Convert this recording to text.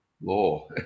Law